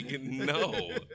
no